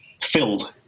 filled